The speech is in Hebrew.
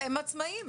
הם עצמאים,